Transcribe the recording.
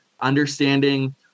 understanding